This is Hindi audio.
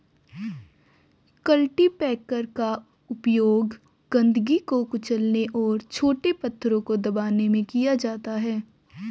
कल्टीपैकर का उपयोग गंदगी को कुचलने और छोटे पत्थरों को दबाने में किया जाता है